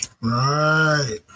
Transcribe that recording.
Right